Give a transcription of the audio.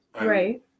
Right